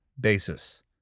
basis